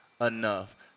enough